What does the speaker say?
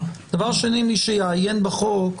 דבר שני, מי שיעיין בחוק,